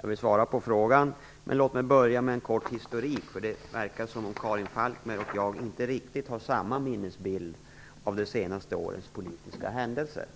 Jag vill svara på frågan, men låt mig börja med en kort historik, eftersom det verkar som om Karin Falkmer och jag inte riktigt har samma minnesbild av de senaste årens politiska händelser.